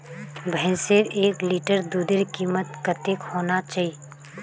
भैंसेर एक लीटर दूधेर कीमत कतेक होना चही?